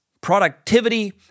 productivity